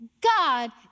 God